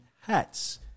hats